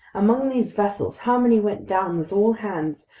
among these vessels, how many went down with all hands,